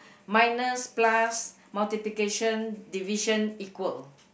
minus plus multiplication division equal